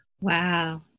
Wow